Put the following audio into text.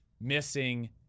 missing